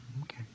Okay